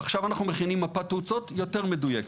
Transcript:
עכשיו אנחנו מכינים מפת תאוצות יותר מדויקת.